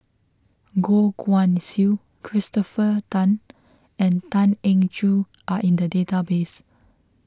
Goh Guan Siew Christopher Tan and Tan Eng Joo are in the database